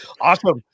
Awesome